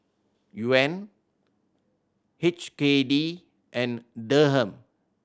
Yuan H K D and Dirham